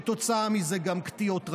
וכתוצאה מזה גם קטיעות רגליים,